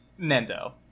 nendo